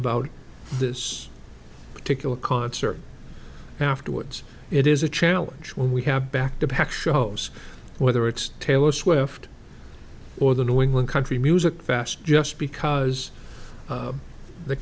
about this particular concert afterwards it is a challenge when we have back to back shows whether it's taylor swift or the new england country music fest just because